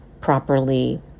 properly